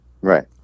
Right